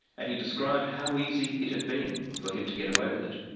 and he described how easy it had been for him to get away with it.